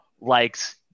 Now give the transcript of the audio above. likes